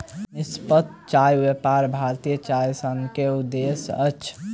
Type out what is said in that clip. निष्पक्ष चाह व्यापार भारतीय चाय संघ के उद्देश्य अछि